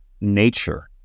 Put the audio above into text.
nature